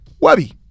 webby